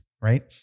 right